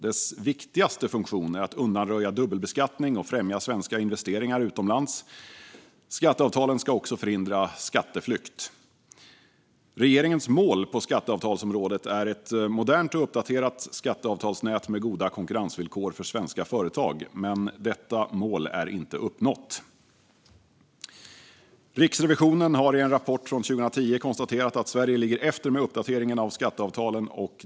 Dess viktigaste funktion är att undanröja dubbelbeskattning och främja svenska investeringar utomlands. Skatteavtalen ska också förhindra skatteflykt. Regeringens mål på skatteavtalsområdet är ett modernt och uppdaterat skatteavtalsnät med goda konkurrensvillkor för svenska företag, men detta mål är inte uppnått. År 2010 konstaterade Riksrevisionen i en rapport att Sverige låg efter med uppdateringen av skatteavtalen.